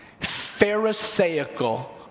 pharisaical